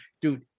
Dude